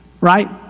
right